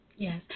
Yes